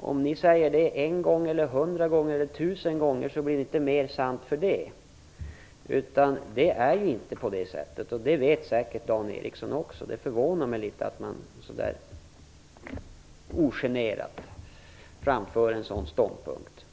om ni säger det en gång, hundra gånger eller tusen gånger blir det inte mer sant för det. Det är ju inte på det sättet, och det vet säkert Dan Ericsson också. Det förvånar mig att han så där ogenerat framför någonting sådant.